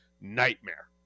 nightmare